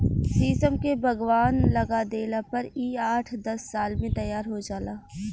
शीशम के बगवान लगा देला पर इ आठ दस साल में तैयार हो जाला